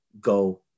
go